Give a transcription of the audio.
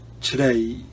today